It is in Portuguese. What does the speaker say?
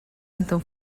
então